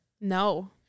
no